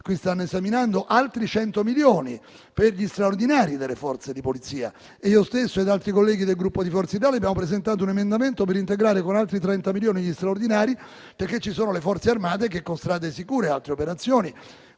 sono stati stanziati altri 100 milioni per gli straordinari delle Forze di polizia. Io stesso, insieme ad altri colleghi del Gruppo Forza Italia, ho presentato un emendamento per integrare con altri 30 milioni gli straordinari, perché ci sono le Forze armate che con Strade sicure e altre operazioni